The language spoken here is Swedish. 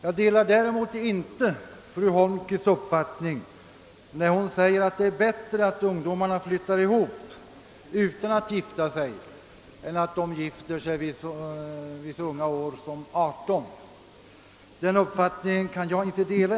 Jag delar däremot inte fru Holmqvists uppfattning, när hon säger att det är bättre att ungdomar flyttar ihop utan att gifta sig än att de gifter sig när de är så unga som 18 år.